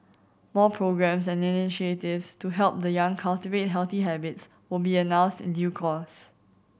more programmes and initiatives to help the young cultivate healthy habits will be announced in due course